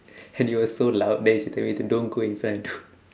and it was so loud that she told me to don't go in front don't